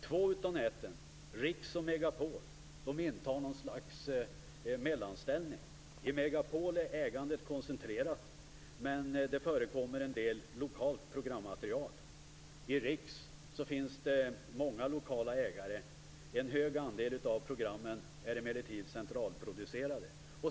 Två av näten, Rix och Metropol, intar ett slags mellanställning. I Metropol är ägandet koncentrerat, men det förekommer en del lokalt programmaterial. I Rix finns det många lokala ägare. En hög andel av programmen är emellertid centralproducerade.